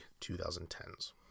2010s